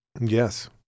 Yes